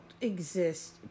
exist